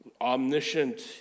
omniscient